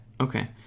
okay